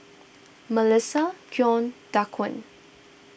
Mellissa Keon Daquan